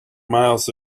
miles